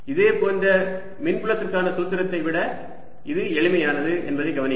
இதேபோன்ற மின்புலத்திற்கான சூத்திரத்தை விட இது எளிமையானது என்பதை கவனியுங்கள்